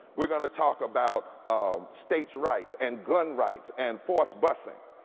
we're going to talk about um states rights and gun rights and forth busing.